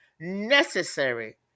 necessary